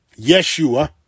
Yeshua